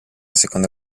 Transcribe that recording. seconda